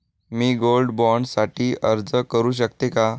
मी gold bond साठी अर्ज करु शकते का?